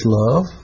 love